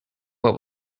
what